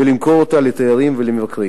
ולמכור אותה לתיירים ולמבקרים.